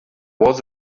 was